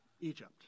Egypt